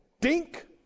dink